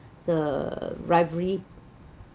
the rivalry